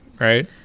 right